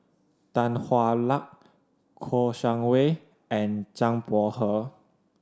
Tan Hwa Luck Kouo Shang Wei and Zhang Bohe